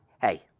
hey